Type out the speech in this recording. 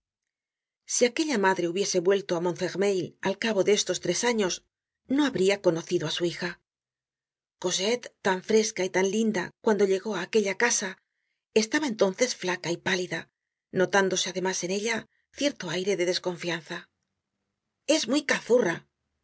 si aquella madre hubiese vuelto á montfermeil al cabo de estos tre años no habria conocido á su hija cosette tan fresca y tan linda cuando llegó á aquella casa estaba entonces flaca y pálida notándoseademás en ella cierto aire de desconfianza es muy cazurra